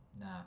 No